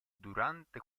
durante